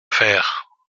faire